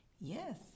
Yes